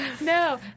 No